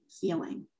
feeling